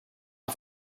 off